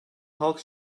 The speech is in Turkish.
halk